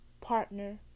partner